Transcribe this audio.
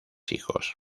hijos